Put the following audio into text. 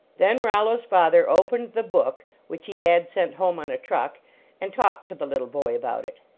then rollo s father opened the book which he had sent home on a truck and talked to the little boy about it.